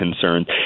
concerns